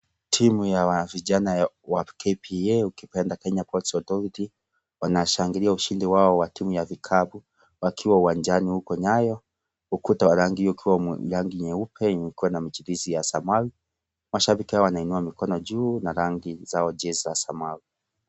Timu ya vijana wa KPA ukipenda Kenya Ports Authority wanashangilia ushindi wao wa timu ya vikapu wakiwa uwanjani huko Nyanyo. Ukuta wa rangi ukiwa rangi nyeupe yenye iko na mjidisi ya samawi. Mashabiki hawa wanainua mikono juu na rangio zao jersey ya samawi.